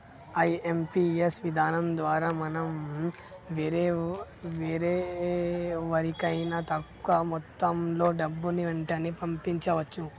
IMPS విధానం ద్వారా మనం వేరెవరికైనా తక్కువ మొత్తంలో డబ్బుని వెంటనే పంపించవచ్చు